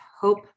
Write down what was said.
Hope